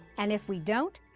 and if we don't?